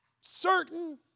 Certain